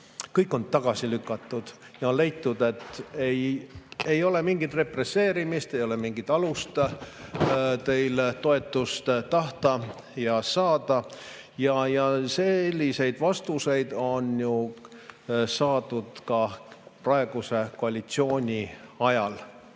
lastest, tagasi lükanud. On leitud, et ei ole mingit represseerimist, ei ole mingit alust teil toetust tahta ja saada. Selliseid vastuseid on ju saadud ka praeguse koalitsiooni ajal.